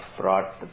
brought